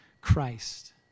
Christ